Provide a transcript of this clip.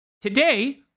today